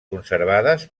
conservades